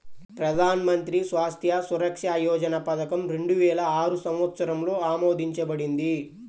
ప్రధాన్ మంత్రి స్వాస్థ్య సురక్ష యోజన పథకం రెండు వేల ఆరు సంవత్సరంలో ఆమోదించబడింది